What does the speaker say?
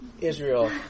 Israel